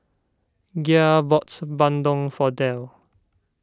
Gia bought Bandung for Dale